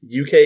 uk